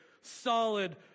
solid